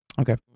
Okay